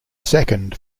second